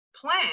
plan